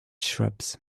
shrubs